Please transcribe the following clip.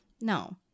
No